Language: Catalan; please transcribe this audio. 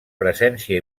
presència